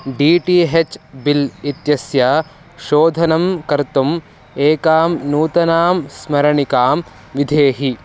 D T H bill इत्यस्य शोधनं कर्तुम् एकां नूतनां स्मरणिकां विधेहि